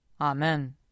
Amen